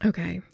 Okay